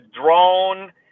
drone